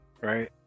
right